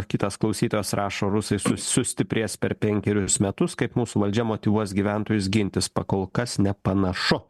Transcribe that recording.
kitas klausytojas rašo rusai su sustiprės per penkerius metus kaip mūsų valdžia motyvuos gyventojus gintis pakolkas nepanašu